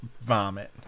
vomit